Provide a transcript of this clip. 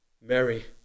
Mary